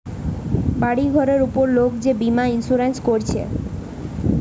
বাড়ি ঘরের উপর লোক যে বীমা ইন্সুরেন্স কোরছে